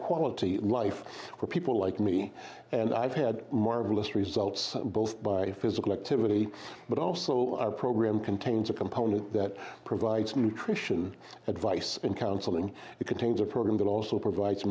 quality life for people like me and i've had marvelous results both by physical activity but also our program contains a component that provides nutrition advice and counseling because things are programmed it also provides